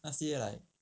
那些 like